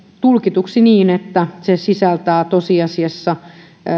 tulkituksi niin että se sisältää tosiasiassa